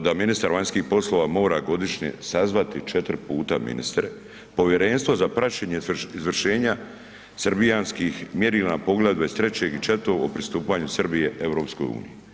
da ministar vanjskih poslova mora godišnje sazvati 4 puta ministre Povjerenstvo za praćenje izvršenja srbijanskih mjerila Poglavlja 23 i 24 o pristupanju Srbije EU.